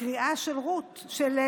הקריאה של נעמי,